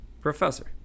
Professor